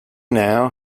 now